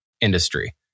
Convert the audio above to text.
industry